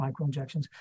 microinjections